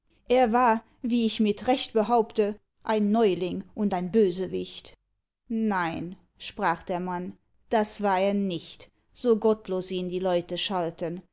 er war wie ich mit recht behaupte ein neuling und ein bösewicht nein sprach der mann das war er nicht so gottlos ihn die leute schalten